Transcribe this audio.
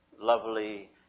Lovely